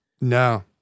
No